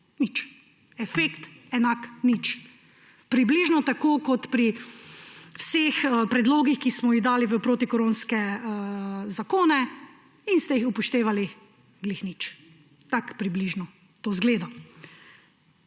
Nič. Efekt enak nič. Približno tako kot pri vseh predlogih, ki smo jih dali v protikoronske zakone in ste jih upoštevali ravno tako nič. Tako približno to izgleda.